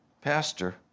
Pastor